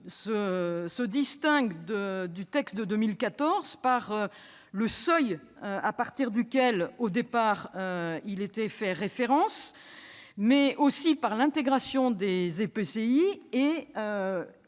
se distingue de celui de 2014 par le seuil à partir duquel, au départ, il était fait référence, mais aussi par l'intégration des EPCI.